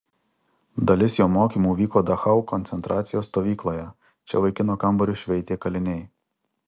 dalis jo mokymų vyko dachau koncentracijos stovykloje čia vaikino kambarius šveitė kaliniai